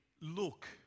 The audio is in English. look